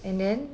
and then